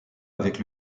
avec